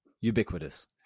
ubiquitous